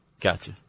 Gotcha